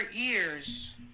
ears